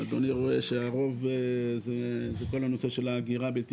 אדוני רואה שהרוב זה כל הנושא של ההגירה הבלתי